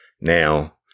Now